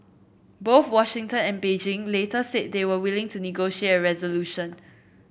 both Washington and Beijing later said they were willing to negotiate a resolution